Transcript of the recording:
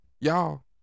y'all